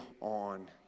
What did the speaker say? on